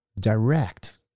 direct